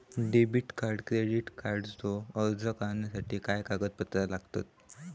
Debit आणि credit कार्डचो अर्ज करुच्यासाठी काय कागदपत्र लागतत?